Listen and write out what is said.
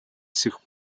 сих